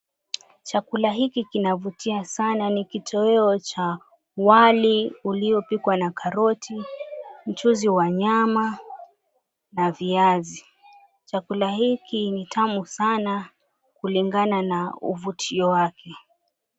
Chakula hiki kinavutia sana ni kitoweo cha wali uliopikwa na karoti, mchuzi wa nyama na viazi. Chakula hiki ni tamu saana kulingana na uvutio wake.